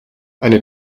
eine